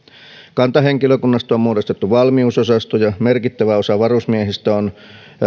kantahenkilökunnasta on on muodostettu valmiusosastoja merkittävä osa varusmiehistä on